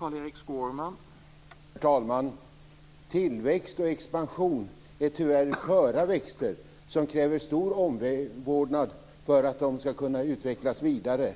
Herr talman! Tillväxt och expansion är tyvärr sköra växter som kräver stor omvårdnad för att de skall kunna utvecklas vidare.